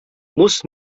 muss